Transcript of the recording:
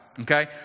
Okay